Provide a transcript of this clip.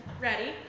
ready